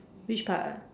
which part ah